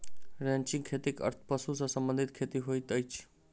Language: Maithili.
रैंचिंग खेतीक अर्थ पशु सॅ संबंधित खेती होइत अछि